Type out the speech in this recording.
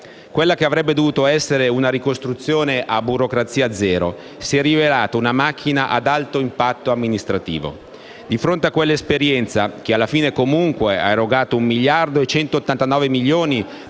Quella che avrebbe dovuto essere una ricostruzione a burocrazia zero si è rivelata una macchina ad alto impatto amministrativo. Di fronte a quella esperienza, che, alla fine, comunque, ha erogato 1.189 miliardi per le residenze e 621 milioni